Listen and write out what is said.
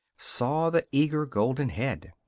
saw the eager golden head.